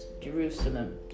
Jerusalem